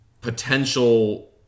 potential